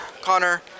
Connor